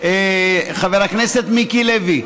חבר הכנסת מיקי לוי,